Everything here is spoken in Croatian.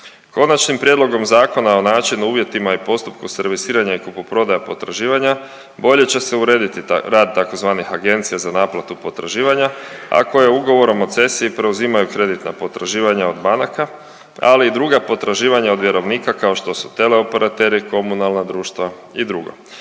Konačnim prijedlogom Zakona o načinu, uvjetima i postupku servisiranja i kupoprodaje potraživanja bolje će se urediti rad tzv. agencija za naplatu potraživanja ako je ugovorom o cesiji preuzimaju kreditna potraživanja od banaka, ali i druga potraživanja od vjerovnika kao što su teleoperateri, komunalna društva i drugo.